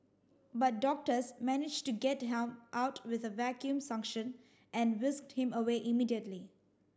but doctors managed to get harm out with the vacuum suction and whisked him away immediately